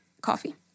coffee